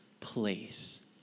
place